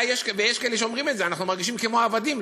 יש כאלה שאומרים את זה: אנחנו מרגישים כמו עבדים,